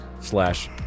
Slash